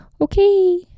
okay